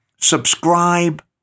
subscribe